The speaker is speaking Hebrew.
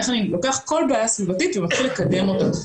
איך אני לוקח כל בעיה סביבתית ומתחיל לקדם אותה.